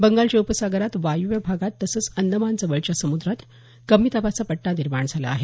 बंगालच्या उपसागरात वायव्य भागात तसंच अंदमानजवळच्या समुद्रात कमी दाबाचा पट्टा निर्माण झाला आहे